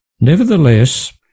Nevertheless